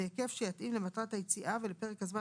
בהיקף שיתאים למטרת היציאה ולפרק הזמן